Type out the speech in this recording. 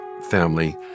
family